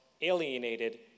alienated